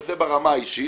וזה ברמה האישית,